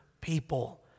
people